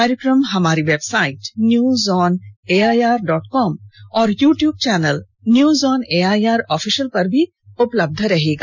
कार्यक्रम हमारी website news on AIR dot com और YouTube channel news on AIR official पर भी उपलब्ध रहेगा